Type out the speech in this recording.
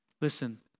listen